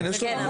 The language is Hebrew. כן.